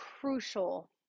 crucial